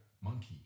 monkey